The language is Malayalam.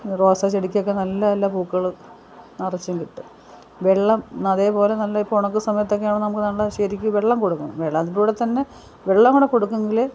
റോസാ ചെടിക്കൊക്കെ നല്ല നല്ല പൂക്കൾ നിറച്ചും കിട്ടും വെള്ളം അതേപോലെ നല്ല ഇപ്പോൾ ഉണക്ക സമയത്തൊക്കെയാണ് നമുക്ക് നല്ല ശരിക്ക് വെള്ളം കൊടുക്കണം വെള്ളം അതിൻ്റെ കൂടെ തന്നെ വെള്ളോം കൂടെ കൊടുത്തെങ്കിൽ